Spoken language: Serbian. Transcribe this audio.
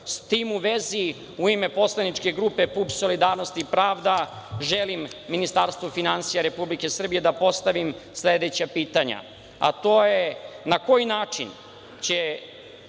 S tim u vezi, u ime poslaničke grupe PUPS Solidarnost i pravda, želim Ministarstvu finansije Republike Srbije da postavim sledeća pitanja. Na